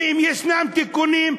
ואם יש צורך בתיקונים,